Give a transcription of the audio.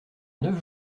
neuf